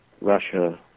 Russia